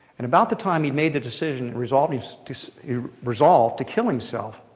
and about the time he made the decision, resolved to resolved to kill himself,